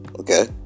Okay